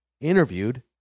interviewed